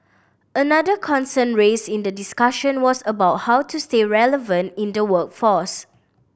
another concern raised in the discussion was about how to stay relevant in the workforce